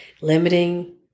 limiting